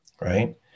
Right